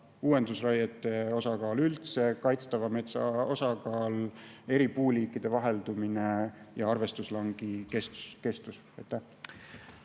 uuendusraiete osakaal üldse, kaitstava metsa osakaal, eri puuliikide vaheldumine ja arvestuslangi kestus.